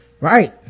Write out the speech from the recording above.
right